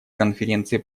конференции